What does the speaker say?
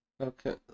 Okay